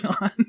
on